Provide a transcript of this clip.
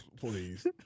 Please